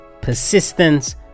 persistence